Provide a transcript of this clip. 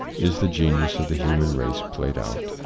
is the genius of the human race played out?